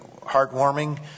heartwarming